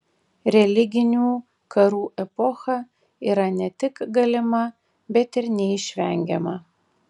religinių karų epocha yra ne tik galima bet ir neišvengiama